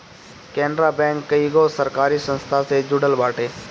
Canara bank कईगो सरकारी संस्था से जुड़ल बाटे